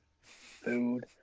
food